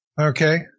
okay